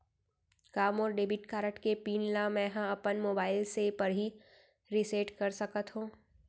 का मोर debit card के पिन ल मैं ह अपन मोबाइल से पड़ही रिसेट कर सकत हो?